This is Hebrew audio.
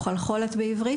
חלחולת בעברית,